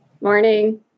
Morning